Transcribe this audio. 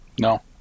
No